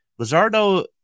Lizardo